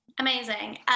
amazing